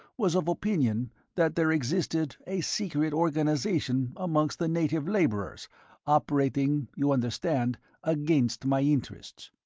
was of opinion that there existed a secret organization amongst the native labourers operating you understand against my interests.